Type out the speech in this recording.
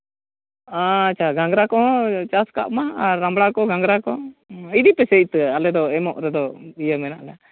ᱟᱪᱪᱷᱟ ᱜᱷᱟᱸᱝᱨᱟ ᱠᱚᱦᱚᱸ ᱪᱟᱥ ᱠᱟᱜ ᱢᱟ ᱨᱟᱢᱲᱟ ᱠᱚ ᱜᱷᱟᱸᱝᱨᱟ ᱠᱚ ᱤᱫᱤ ᱯᱮᱥᱮ ᱤᱛᱟᱹ ᱟᱞᱮ ᱫᱚ ᱮᱢᱚᱜ ᱨᱮᱫᱚ ᱤᱭᱟᱹ ᱢᱮᱱᱟᱜᱼᱟ